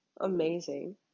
amazing